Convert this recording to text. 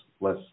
less